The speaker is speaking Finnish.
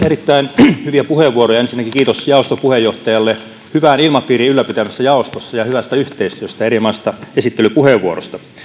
erittäin hyviä puheenvuoroja ensinnäkin kiitos jaoston puheenjohtajalle hyvän ilmapiirin ylläpitämisestä jaostossa ja hyvästä yhteistyöstä ja erinomaisesta esittelypuheenvuorosta